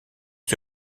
the